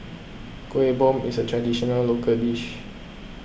Kuih Bom is a traditional local dish